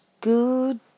good